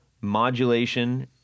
modulation